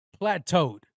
plateaued